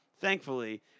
Thankfully